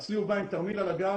אצלי הוא בא עם תרמיל על הגב,